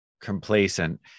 complacent